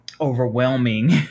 overwhelming